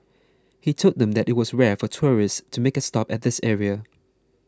he told them that it was rare for tourists to make a stop at this area